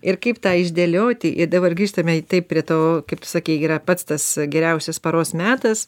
ir kaip tą išdėlioti ir dabar grįžtame į tai prie to kaip tu sakei yra pats tas geriausias paros metas